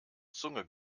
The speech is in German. zunge